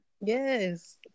yes